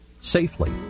safely